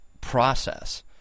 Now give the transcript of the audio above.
process